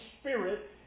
Spirit